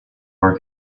more